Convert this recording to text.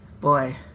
boy